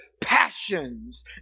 passions